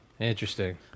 Interesting